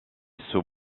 sous